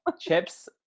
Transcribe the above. chips